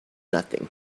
nothing